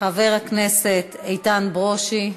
חבר הכנסת איתן ברושי,